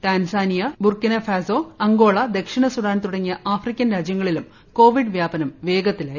Tanzania Burkina Faso Angola ദക്ഷിണ Sudan തുടങ്ങിയു African രാജ്യങ്ങളിലും കോവിഡ് വ്യാപനം വേഗത്തിലായി